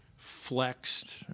flexed